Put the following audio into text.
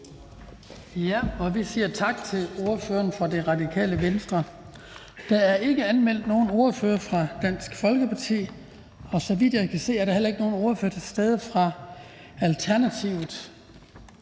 Vi siger tak til ordføreren for Radikale Venstre. Der er ikke anmeldt nogen ordfører fra Dansk Folkeparti, og så vidt jeg kan se, er der heller ikke nogen ordfører til stede fra Alternativet.